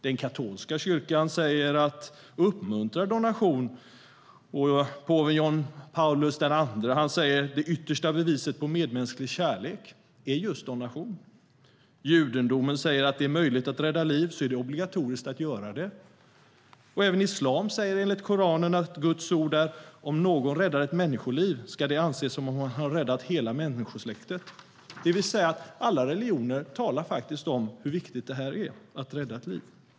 Den katolska kyrkan uppmuntrar donation, och påven Johannes Paulus II säger att det yttersta beviset på medmänsklig kärlek är just donation. Judendomen säger: Är det möjligt att rädda liv är det obligatoriskt att göra det. Och när det gäller islam är enligt Koranen Guds ord: Om någon räddar ett människoliv ska det anses som om han har räddat hela människosläktet. Alla religioner talar faktiskt om hur viktigt det här är, att rädda ett liv.